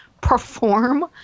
perform